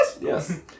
Yes